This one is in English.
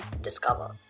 Discover